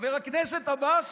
חבר הכנסת עבאס,